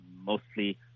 mostly